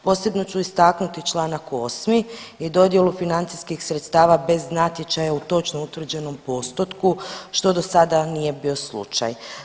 Posebno ću istaknuti čl. 8. i dodjelu financijskih sredstava bez natječaja u točno utvrđenom postotku što do sada nije bio slučaj.